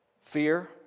fear